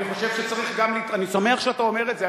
אני שמח שאתה אומר את זה.